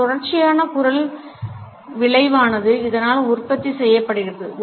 ஒரு தொடர்ச்சியான குரல் விளைவானது இதனால் உற்பத்தி செய்யப்படுகிறது